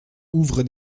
ouvre